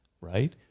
right